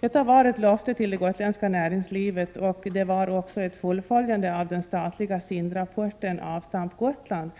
Detta var ett löfte till det gotländska näringslivet, och det var också ett fullföljande av den statliga SIND-rapporten ”Avstamp Gotland”